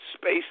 Space